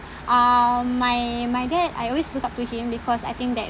uh my my dad I always look up to him because I think that